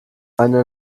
einen